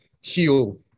heal